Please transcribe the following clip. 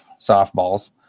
softballs